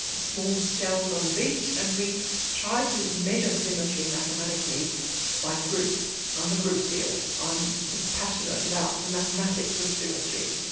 small shells on the beach and we try to measure symmetry mathematically by groups. i'm a group theorist, i'm just passionate about the mathematics of symmetry.